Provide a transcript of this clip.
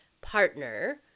partner